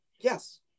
yes